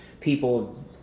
people